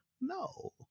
No